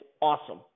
awesome